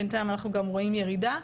בינתיים אנחנו גם רואים ירידה.